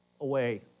Away